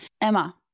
Emma